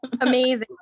Amazing